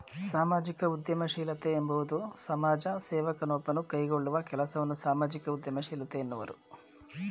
ಸಾಮಾಜಿಕ ಉದ್ಯಮಶೀಲತೆ ಎಂಬುವುದು ಸಮಾಜ ಸೇವಕ ನೊಬ್ಬನು ಕೈಗೊಳ್ಳುವ ಕೆಲಸವನ್ನ ಸಾಮಾಜಿಕ ಉದ್ಯಮಶೀಲತೆ ಎನ್ನುವರು